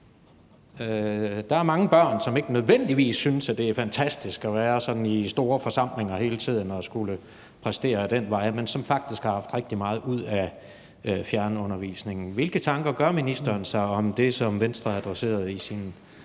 Der er mange børn, som ikke nødvendigvis synes, at det er fantastisk at være sådan i store forsamlinger hele tiden og skulle præstere ad den vej, men som faktisk har haft rigtig meget ud af fjernundervisningen. Hvilke tanker gør ministeren sig om det, som Venstre adresserede i